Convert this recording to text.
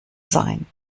sein